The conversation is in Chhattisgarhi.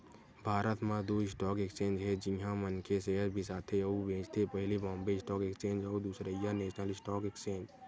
भारत म दू स्टॉक एक्सचेंज हे जिहाँ मनखे सेयर बिसाथे अउ बेंचथे पहिली बॉम्बे स्टॉक एक्सचेंज अउ दूसरइया नेसनल स्टॉक एक्सचेंज